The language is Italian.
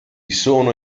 sono